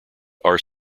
are